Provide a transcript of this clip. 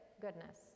goodness